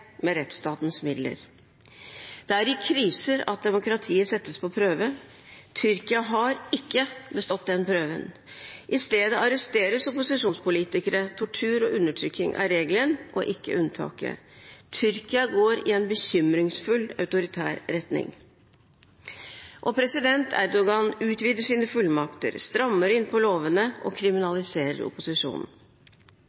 med rettsstatens midler. Det er i kriser at demokratiet settes på prøve. Tyrkia har ikke bestått den prøven. I stedet arresteres opposisjonspolitikere, tortur og undertrykking er regelen og ikke unntaket. Tyrkia går i en bekymringsfull autoritær retning. President Erdogan utvider sine fullmakter, strammer inn på lovene og